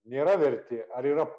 nėra verti ar yra